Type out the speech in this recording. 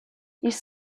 ils